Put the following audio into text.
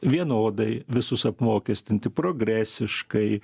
vienodai visus apmokestinti progresiškai